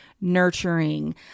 nurturing